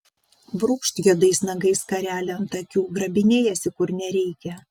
brūkšt juodais nagais skarelę ant akių grabinėjasi kur nereikia